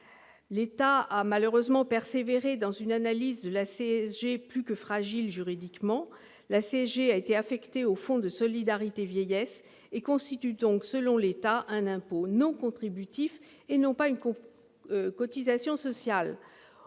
L'État a malheureusement persévéré dans une analyse plus que fragile juridiquement. Le produit de la CSG a été affecté au Fonds de solidarité vieillesse et celle-ci constitue donc, selon l'État, un impôt non contributif, et non pas une cotisation sociale.